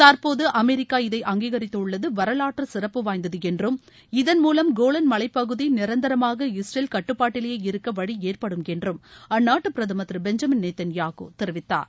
தற்போது அமெரிக்கா இதை அங்கீகரித்துள்ளது வரவாற்று சிறப்பு வாய்ந்தது என்றும இதன் மூலம் கோலன் மலைப்பகுதி நிரந்தரமாக இஸ்ரேல் கட்டுப்பாட்டிலேயே இருக்க வழி ஏற்படும் என்றும் அந்நாட்டு பிரதமர் திரு பெஞ்ஜமின் நேத்தன் யாகூ தெரிவித்தார்